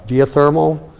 geothermal,